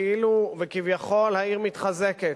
וכביכול העיר מתחזקת.